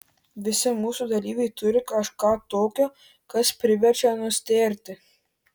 visi mūsų dalyviai turi kažką tokio kas priverčia nustėrti